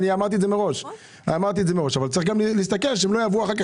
אמרתי את זה מראש אבל צריך גם להסתכל שהם לא יעברו אחר כך